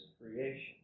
creation